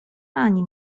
ani